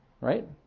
Right